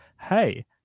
hey